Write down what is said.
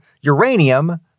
uranium